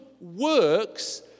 works